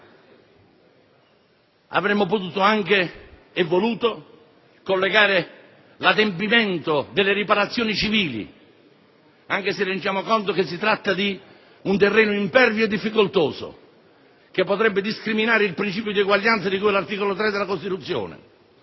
Avremmo potuto e voluto collegare l'adempimento delle riparazioni civili, anche se ci rendiamo conto che si tratta di un terreno impervio e difficoltoso che potrebbe discriminare il principio di uguaglianza di cui all'articolo 3 della Costituzione.